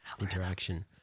interaction